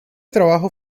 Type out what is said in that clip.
trabajo